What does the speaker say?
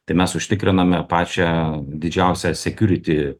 tai mes užtikriname pačią didžiausią sekiuriti